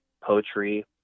poetry